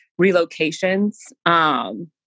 relocations